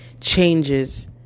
changes